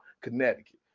Connecticut